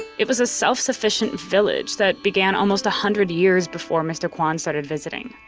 it was a self-sufficient village that began almost a hundred years before mr. kwan started visiting.